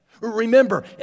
Remember